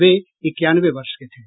वे इक्यानवे वर्ष के थे